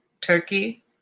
turkey